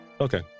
okay